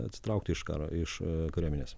atsitraukti iš karo iš kariuomenės